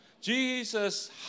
Jesus